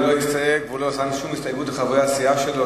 הוא לא הסתייג והוא לא שם שום הסתייגות לחברי הסיעה שלו,